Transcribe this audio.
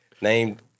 Named